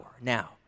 Now